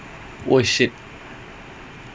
to olay makes no sense